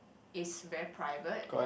is very private